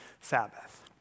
Sabbath